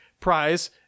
prize